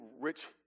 rich